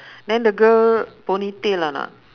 then the girl ponytail or not